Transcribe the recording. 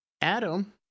Adam